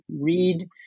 read